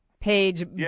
Page